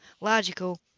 logical